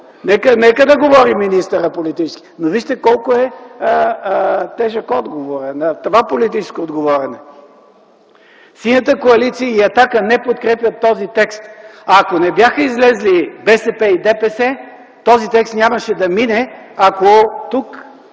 Нека да говори министърът политически, но вижте колко е тежък отговора на това политическо говорене. „Синята коалиция” и „Атака” не подкрепят този текст. Ако не бяха излезли БСП и ДПС, този текст нямаше да мине, ако тук